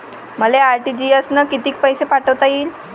मले आर.टी.जी.एस न कितीक पैसे पाठवता येईन?